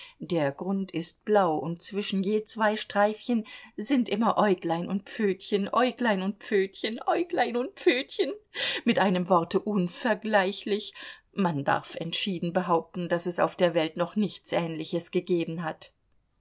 der grund ist blau und zwischen je zwei streifchen sind immer äuglein und pfötchen äuglein und pfötchen äuglein und pfötchen mit einem worte unvergleichlich man darf entschieden behaupten daß es auf der welt noch nichts ähnliches gegeben hat